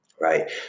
right